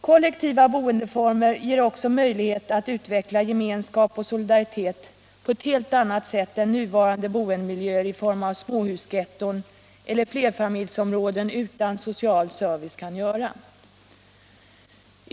Kollektiva boendeformer ger också möjlighet att utveckla gemenskap och solidaritet på ett helt annat sätt än nuvarande boendemiljöer i form av småhusgetton eller flerfamiljsområden utan service kan göra.